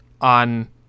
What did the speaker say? on